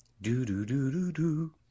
Do-do-do-do-do